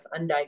undiagnosed